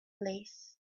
lace